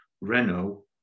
Renault